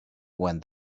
when